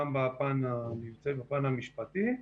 גם בפן המבצעי וגם בפן המשפטי.